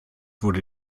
wurde